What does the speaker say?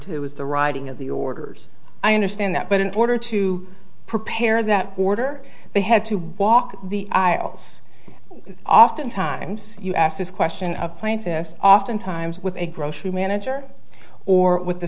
was the writing of the orders i understand that but in order to prepare that order they had to walk the aisles oftentimes you ask this question of plaintiffs oftentimes with a grocery manager or with the